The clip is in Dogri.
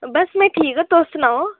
बस में ठीक आं तुस सनाओ